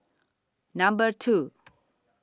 Number two